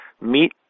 meet